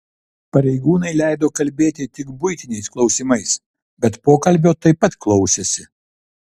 pareigūnai leido kalbėti tik buitiniais klausimais bet pokalbio taip pat klausėsi